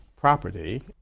property